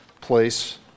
place